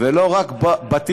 ולא רק בתים,